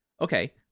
okay